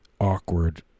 awkward